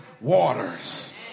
waters